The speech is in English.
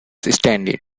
standing